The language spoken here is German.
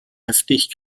heftig